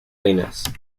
líneas